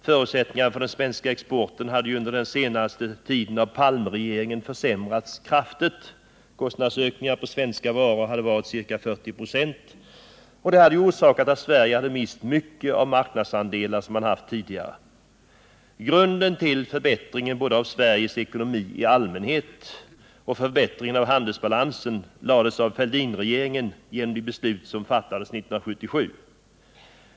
Förutsättningarna för den svenska exporten hade ju under den senaste tiden av Palmeregeringen försämrats kraftigt. Kostnadsökningarna på svenska varor hade varit ca 40 96, och detta hade orsakat att Sverige mist mycket av de marknadsandelar som vi tidigare haft. Grunden till förbättringen både av Sveriges ekonomi i allmänhet och av handelsbalansen lades av Fälldinregeringen genom de beslut som fattades 1977.